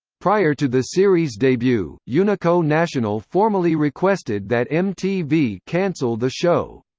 prior to the series debut, unico national formally requested that mtv cancel the show.